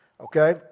Okay